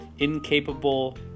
incapable